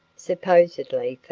supposedly